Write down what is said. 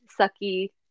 sucky